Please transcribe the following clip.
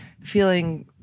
feeling